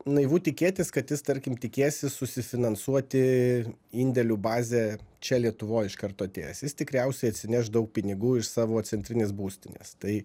naivu tikėtis kad jis tarkim tikėsis susifinansuoti indėlių bazę čia lietuvoj iš karto atėjęs jis tikriausiai atsineš daug pinigų iš savo centrinės būstinės tai